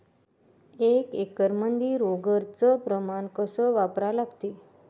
एक एकरमंदी रोगर च प्रमान कस वापरा लागते?